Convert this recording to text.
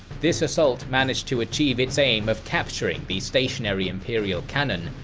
this assault managed to achieve its aim of capturing the stationary imperial cannon,